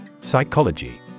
Psychology